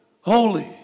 holy